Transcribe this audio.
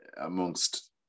amongst